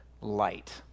light